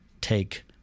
take